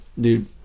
dude